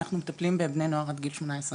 אנחנו מטפלים בבני נוער עד גיל 18,